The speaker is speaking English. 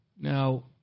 Now